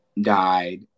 died